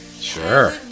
Sure